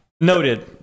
noted